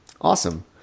Awesome